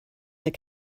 that